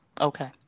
okay